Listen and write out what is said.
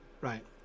right